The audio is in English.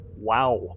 Wow